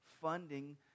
funding